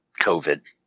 COVID